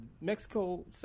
Mexico